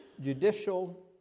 judicial